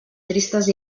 tristes